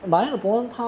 okay